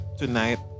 tonight